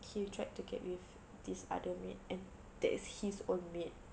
he tried to get with this other maid and that is his own maid